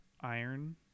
Iron